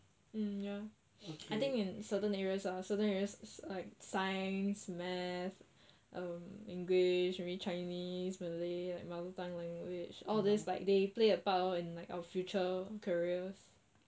um ya I think in certain areas lah certain areas like science maths um english maybe chinese malay like mother tongue language all this like they play a part all in like our future careers